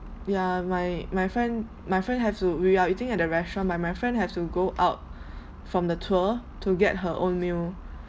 ya my my friend my friend have to we are eating at the restaurant but my friend have to go out from the tour to get her own meal